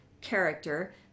character